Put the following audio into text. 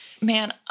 man